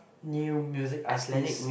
new music artist